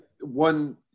One